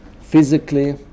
Physically